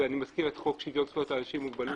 ואני מזכיר את חוק שוויון זכויות לאנשים עם מוגבלות,